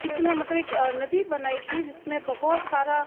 कितना मतलब एक नदी बनाई थी जिसमें बहुत सारा